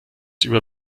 über